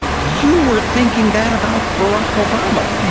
you were thinking that about barack obama.